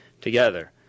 together